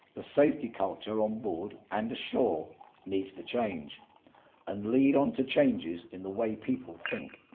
the safety culture on board and ashore needs to change and lead on to changes in the way people think.